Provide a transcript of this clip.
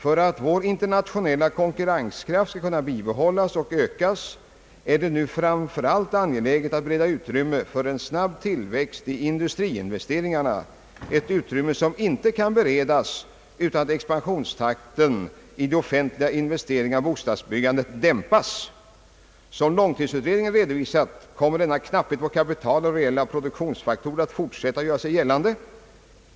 För att vår internationella konkurrenskraft skall kunna bibehållas och ökas är det nu framför allt angeläget att bereda utrymme för en snabb tillväxt i industriinvesteringarna, ett utrymme som inte kan beredas utan att expansionstakten i de offentliga investeringarna och bostadsbyggandet dämpas. Som =: långtidsutredningen «redovisat kommer denna knapphet på kapital och reala produktionsfaktorer att fortsätta att göra sig gällande.